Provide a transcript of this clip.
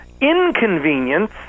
inconvenience